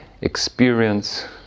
experience